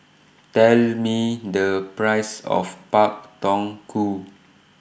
Tell Me The Price of Pak Thong Ko